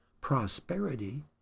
prosperity